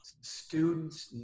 students